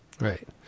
Right